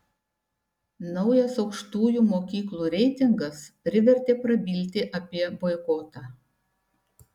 naujas aukštųjų mokyklų reitingas privertė prabilti apie boikotą